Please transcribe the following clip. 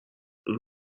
اون